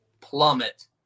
plummet